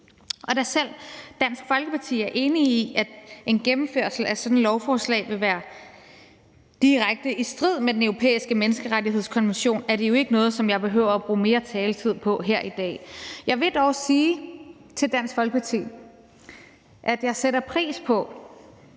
Da selv Dansk Folkeparti er enige i, at en gennemførsel af et sådant lovforslag vil være direkte i strid med Den Europæiske Menneskerettighedskonvention, er det jo ikke noget, som jeg behøver at bruge mere taletid på her i dag. Jeg vil dog sige til Dansk Folkeparti, at jeg sætter pris på,